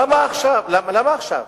למה עכשיו?